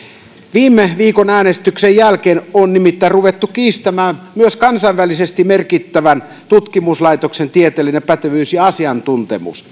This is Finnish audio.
viime viikon äänestyksen jälkeen on nimittäin ruvettu kiistämään myös kansainvälisesti merkittävän tutkimuslaitoksen tieteellinen pätevyys ja asiantuntemus